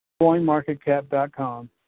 CoinMarketCap.com